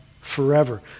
forever